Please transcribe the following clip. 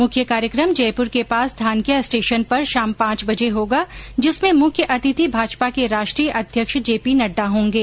मुख्य कार्यक्रम जयपुर के पास धानक्या स्टेशन पर शाम पांच बजे होगा जिसमें मुख्य अतिथि भाजपा के राष्ट्रीय अध्यक्ष जेपी नड्डा होगे